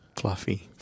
fluffy